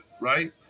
right